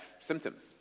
symptoms